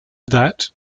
that